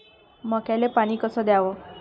मक्याले पानी कस द्याव?